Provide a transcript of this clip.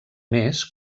més